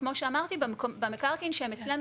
וכמו שאמרתי, במקרקעין שהם אצלנו